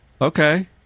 okay